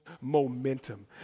momentum